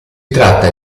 tratta